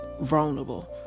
vulnerable